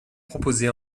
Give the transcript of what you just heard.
proposé